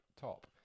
top